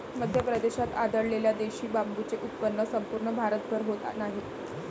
मध्य प्रदेशात आढळलेल्या देशी बांबूचे उत्पन्न संपूर्ण भारतभर होत नाही